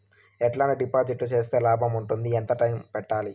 ఎట్లాంటి డిపాజిట్లు సేస్తే లాభం ఉంటుంది? ఎంత టైము పెట్టాలి?